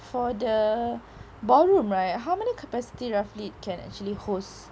for the ballroom right how many capacity roughly it can actually host